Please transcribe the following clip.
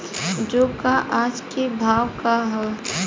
जौ क आज के भाव का ह?